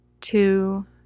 two